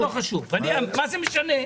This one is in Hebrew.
מה זה משנה.